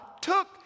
took